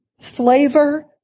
flavor